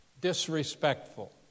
disrespectful